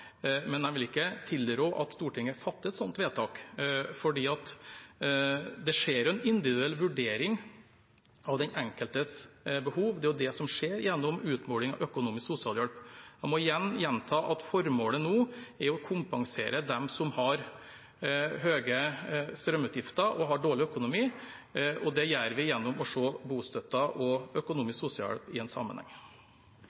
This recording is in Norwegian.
men jeg vil ikke tilrå at Stortinget fatter et sånt vedtak, for det skjer en individuell vurdering av den enkeltes behov, det er jo det som skjer gjennom utmåling av økonomisk sosialhjelp. Jeg må gjenta at formålet nå er å kompensere dem som har høye strømutgifter og dårlig økonomi. Det gjør vi gjennom å se bostøtten og